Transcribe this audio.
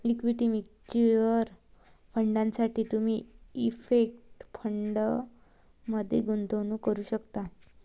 equity mutual फंडांसाठी तुम्ही index फंडमध्ये गुंतवणूक करू शकता